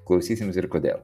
klausysimės ir kodėl